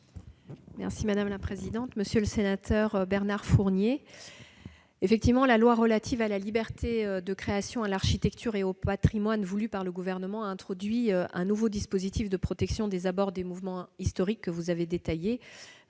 est à Mme la ministre. Monsieur le sénateur Bernard Fournier, la loi relative à la liberté de création, à l'architecture et au patrimoine, voulue par le Gouvernement, a introduit un nouveau dispositif de protection des abords de monuments historiques, que vous avez détaillé.